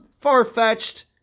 far-fetched